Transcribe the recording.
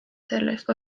sellest